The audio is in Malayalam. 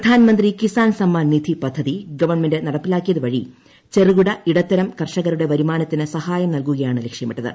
പ്രധാൻമന്ത്രി കിസാൻ സമ്മാൻ നിധി പദ്ധതി ഗവൺമെന്റ് നടപ്പിലാക്കിയത് വഴി ചെറുകിട ഇടത്തരം കർഷകരുടെ വരുമാനത്തിന് സഹായം നൽകുകയാണ് ലക്ഷ്യമിട്ടത്